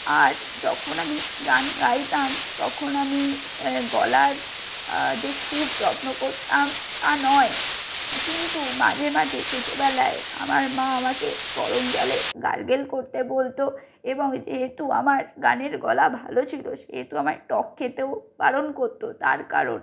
আর যখন আমি গান গাইতাম তখন আমি গলার খুব যত্ন করতাম তা নয় কিন্তু মাঝে মাঝে ছোটোবেলায় আমার মা আমাকে গরম জলে গার্গেল করতে বলত এবং যেহেতু আমার গানের গলা ভালো ছিল সেহেতু আমাকে টক খেতেও বারণ করত তার কারণ